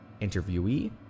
Interviewee